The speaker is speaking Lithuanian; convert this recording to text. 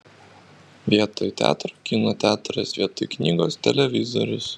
vietoj teatro kino teatras vietoj knygos televizorius